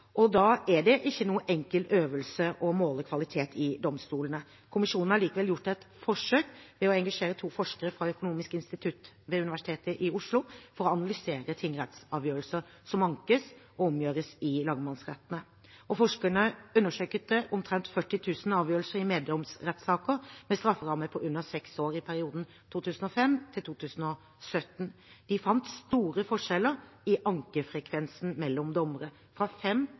er ikke noen enkel øvelse å måle kvalitet i domstolene. Kommisjonen har likevel gjort et forsøk ved å engasjere to forskere fra Økonomisk institutt ved Universitetet i Oslo for å analysere tingrettsavgjørelser som ankes og omgjøres i lagmannsrettene. Forskerne undersøkte omtrent 40 000 avgjørelser i meddomsrettssaker med strafferamme på under seks år i perioden 2005 til 2017. De fant store forskjeller i ankefrekvensen mellom dommere, fra